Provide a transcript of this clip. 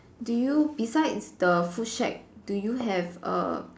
do you besides the food shack do you have a